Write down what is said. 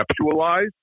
conceptualize